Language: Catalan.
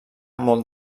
molt